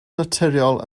naturiol